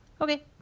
Okay